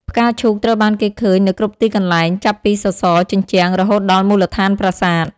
ផ្កាឈូកត្រូវបានគេឃើញនៅគ្រប់ទីកន្លែង ចាប់ពី សសរ ជញ្ជាំង រហូតដល់មូលដ្ឋានប្រាសាទ។